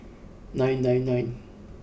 nine nine nine